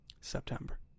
September